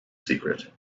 secret